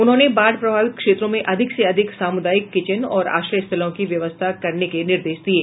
उन्होंने बाढ़ प्रभावित क्षेत्रों में अधिक से अधिक सामुदायिक किचेन और आश्रय स्थलों की व्यवस्था करने के निर्देश दिये